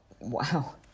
Wow